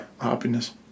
Happiness